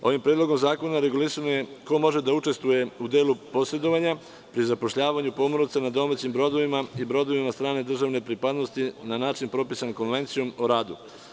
Ovim Predlogom zakona regulisano je ko može da učestvuje u delu posedovanja pri zapošljavanju pomoraca na domaćim brodovima i brodovima strane državne pripadnosti na način propisan Konvencijom o radu.